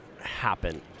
happen